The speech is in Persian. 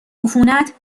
عفونت